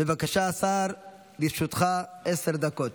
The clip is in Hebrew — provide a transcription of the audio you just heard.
בבקשה, השר, לרשותך עשר דקות.